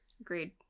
agreed